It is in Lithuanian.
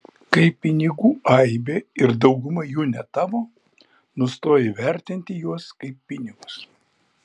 kai pinigų aibė ir dauguma jų ne tavo nustoji vertinti juos kaip pinigus